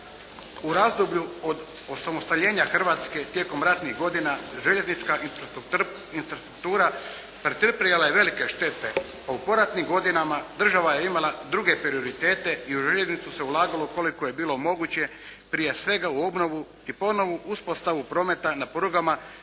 U razdoblju od osamostaljenja Hrvatske tijekom ratnih godina željeznička infrastruktura pretrpjela je velike štete. A u poratnim godinama godina je imala druge prioritete i u željeznicu se ulagalo koliko je bilo moguće. Prije svega u obnovu i ponovnu uspostavu prometa na prugama koje